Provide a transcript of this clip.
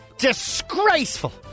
disgraceful